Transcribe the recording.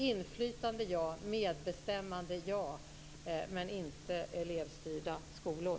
Inflytande - ja, medbestämmande - ja, men inte elevstyrda skolor.